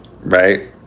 right